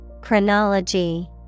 Chronology